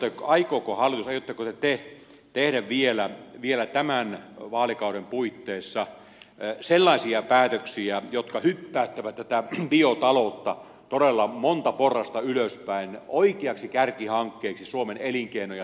ensinnäkin aikooko hallitus aiotteko te tehdä vielä tämän vaalikauden puitteissa sellaisia päätöksiä jotka hyppäyttävät tätä biotaloutta todella monta porrasta ylöspäin oikeaksi kärkihankkeeksi suomen elinkeino ja talouspolitiikassa